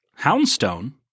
Houndstone